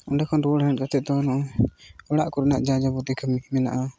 ᱚᱸᱰᱮ ᱠᱷᱚᱱ ᱨᱩᱣᱟᱹᱲ ᱦᱮᱡ ᱠᱟᱛᱮᱫ ᱫᱚ ᱱᱚᱜᱼᱚᱭ ᱚᱲᱟᱜ ᱠᱚᱨᱮᱱᱟᱜ ᱡᱟᱼᱡᱟᱵᱚᱛᱤ ᱠᱟᱹᱢᱤ ᱠᱚ ᱢᱮᱱᱟᱜᱼᱟ